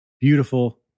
Beautiful